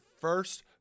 first